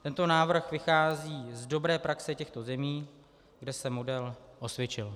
Tento návrh vychází z dobré praxe těchto zemí, kde se model osvědčil.